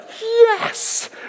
yes